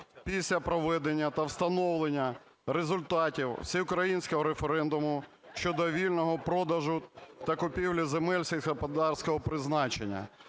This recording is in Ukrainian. після проведення та встановлення результатів всеукраїнського референдуму щодо вільного продажу та купівлі земель сільськогосподарського призначення".